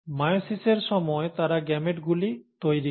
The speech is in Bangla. মায়োসিসের সময় তারা গেমেটগুলি তৈরি করে